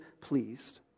pleased